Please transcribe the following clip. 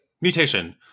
Mutation